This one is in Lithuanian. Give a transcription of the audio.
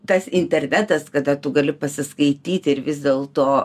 tas internetas kada tu gali pasiskaityt ir vis dėlto